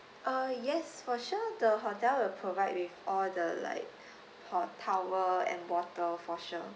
uh yes for sure the hotel will provide with all the like for towel and water for sure